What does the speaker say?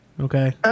Okay